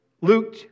Luke